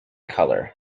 color